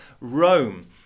Rome